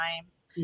times